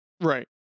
right